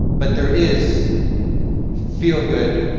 but there is feelgood,